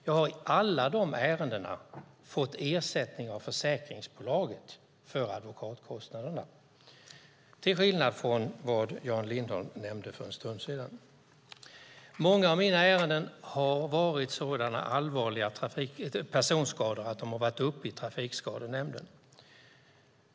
Jag har i alla dessa ärenden fått ersättning av försäkringsbolaget för advokatkostnaderna - till skillnad från vad Jan Lindholm nämnde för en stund sedan. Många av mina ärenden har rört så allvarliga personskador att de har varit uppe i Trafikskadenämnden.